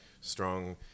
strong